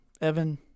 Evan